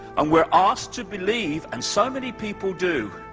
and we are asked to believe, and so many people do,